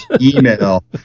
email